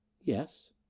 Yes